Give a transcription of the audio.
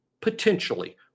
potentially